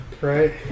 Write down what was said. Right